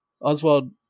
Oswald